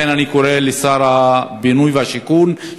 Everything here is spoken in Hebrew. לכן אני קורא לשר הבינוי והשיכון,